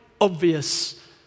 obvious